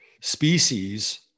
species